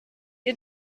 ihr